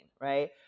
right